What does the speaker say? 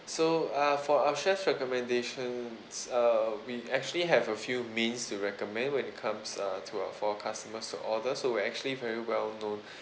so uh for our chef's recommendations uh we actually have a few mains to recommend when it comes uh to uh for our customers to order so we're actually very well known